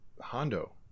Hondo